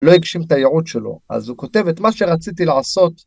‫לא הגשים את הייעוד שלו, ‫אז הוא כותב את מה שרציתי לעשות...